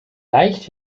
leicht